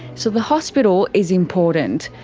so the hospital is important.